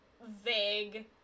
vague